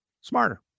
smarter